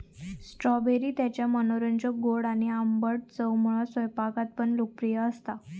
strawberry त्याच्या मनोरंजक गोड आणि आंबट चवमुळा स्वयंपाकात पण लोकप्रिय असता